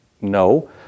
No